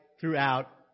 throughout